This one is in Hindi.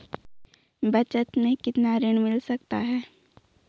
बचत मैं कितना ऋण मिल सकता है?